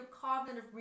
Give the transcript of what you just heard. cognitive